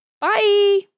Bye